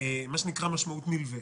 משמעות נלווית,